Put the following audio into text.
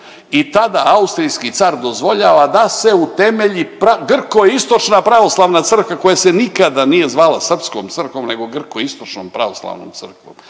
i tada austrijski car dozvoljava da se utemelji grkoistočna pravoslavna crkva koja se nikada nije zvala srpskom crkvom nego Grkoistočnom pravoslavnom crkvom.